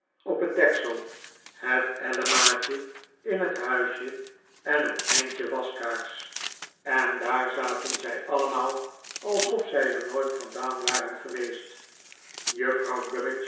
op het deksel het ellemaatje in het huisje en het eindje waskaars en daar zaten zij allemaal alsof zij er nooit vandaan waren geweest juffrouw